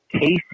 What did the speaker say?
Casey